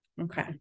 Okay